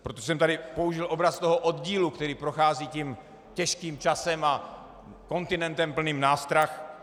Proto jsem tady použil obraz toho oddílu, který prochází tím těžkým časem a kontinentem plným nástrah.